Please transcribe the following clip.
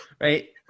Right